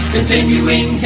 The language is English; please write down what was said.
Continuing